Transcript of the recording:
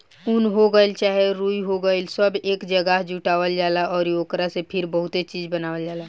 उन हो गइल चाहे रुई हो गइल सब एक जागह जुटावल जाला अउरी ओकरा से फिर बहुते चीज़ बनावल जाला